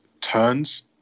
turns